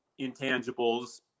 intangibles